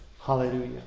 Hallelujah